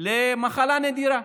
למחלה נדירה.